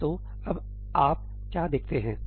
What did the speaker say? तो अब आप क्या देखते हैं